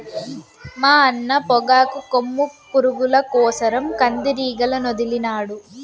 మా అన్న పొగాకు కొమ్ము పురుగుల కోసరం కందిరీగలనొదిలినాడు